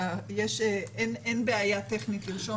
אין בעיה טכנית לרשום אותו.